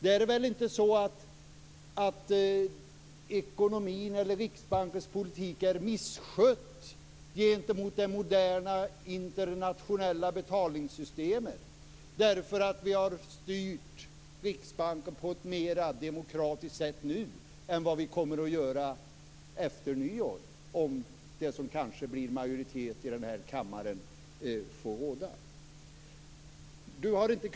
Det är väl inte så att ekonomin eller Riksbankens politik är misskött gentemot det moderna internationella betalningssystemet därför att vi har styrt Riksbanken på ett mer demokratiskt sätt nu, än vad vi kommer att göra efter nyår om de som kanske blir i majoritet här i kammaren får råda?